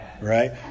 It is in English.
right